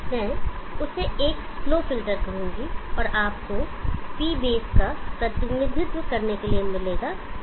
मैं उसे एक स्लो फिल्टर कहूंगा और आपको P बेस का प्रतिनिधित्व करने के लिए मिलेगा PB